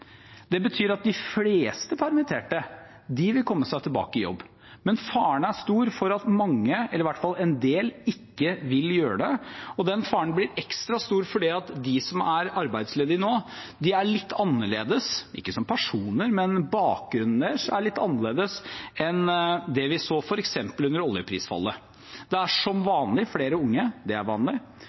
Det betyr at de fleste permitterte vil komme seg tilbake i jobb, men faren er stor for at mange, eller i hvert fall en del, ikke vil gjøre det. Den faren blir ekstra stor fordi de som er arbeidsledige nå, er litt annerledes – ikke som personer, men bakgrunnen deres – enn det vi så f.eks. under oljeprisfallet. Det er som vanlig flere unge, det er vanlig. Det rammer som vanlig også flere nordmenn med minoritetsbakgrunn, det er også vanlig.